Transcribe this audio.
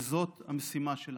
וזאת המשימה שלנו.